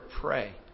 PRAY